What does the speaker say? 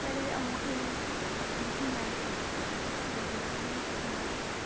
ꯍꯣꯏ ꯑꯗꯨꯗꯤ ꯑꯃꯨꯛ ꯍꯌꯦꯡ ꯑꯃꯨꯛ ꯊꯦꯡꯅꯔꯁꯦ ꯅꯨꯡꯉꯥꯏꯔꯦ ꯅꯪ ꯊꯦꯡꯅꯕ